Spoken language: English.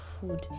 food